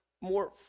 more